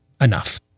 enough